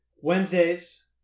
wednesdays